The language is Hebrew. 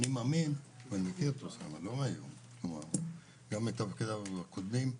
אני מאמין ומכיר את אוסאמה, גם בתפקידיו הקודמים,